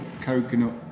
coconut